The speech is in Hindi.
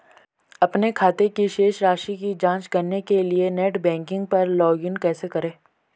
अपने खाते की शेष राशि की जांच करने के लिए नेट बैंकिंग पर लॉगइन कैसे करें?